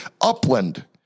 Upland